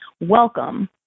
Welcome